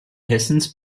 hessens